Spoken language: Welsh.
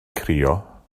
crio